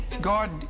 God